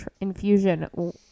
infusion